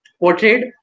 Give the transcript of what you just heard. portrayed